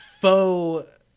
faux